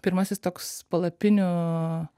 pirmasis toks palapinių